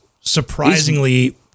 surprisingly